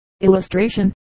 illustration